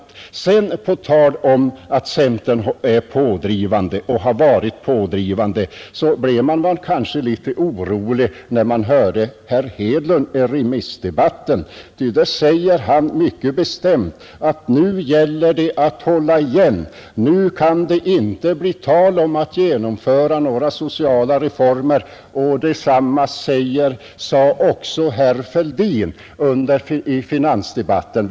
På tal om påståendena att centern är och har varit pådrivande blev man kanske litet orolig när man hörde herr Hedlund i remissdebatten, ty där sade han mycket bestämt att nu gäller det att hålla igen, nu kan det inte bli tal om att genomföra några sociala reformer. Detsamma sade ocksa herr Fälldin under finansdebatten.